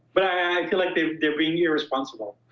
but i feel like they've been irresponsible.